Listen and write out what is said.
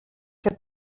que